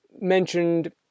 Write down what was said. mentioned